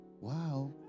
wow